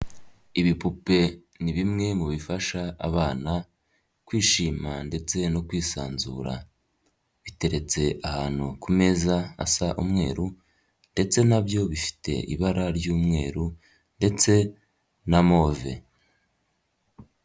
Ibipupe ni bimwe mu bifasha abana kwishima ndetse no kwisanzura, biteretse ahantu ku meza asa umweru ndetse na byo bifite ibara ry'umweru ndetse na move.